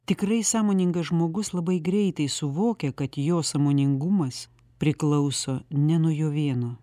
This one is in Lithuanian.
tikrai sąmoningas žmogus labai greitai suvokia kad jo sąmoningumas priklauso ne nuo jo vieno